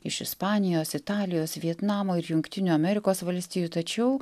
iš ispanijos italijos vietnamo ir jungtinių amerikos valstijų tačiau